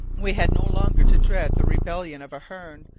we had no longer to dread the rebellion of a hearne.